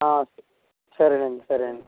సరే అండి సరే అండి